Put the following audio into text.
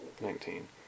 Nineteen